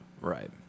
Right